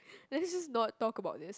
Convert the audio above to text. let's just not talk about this